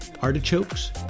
artichokes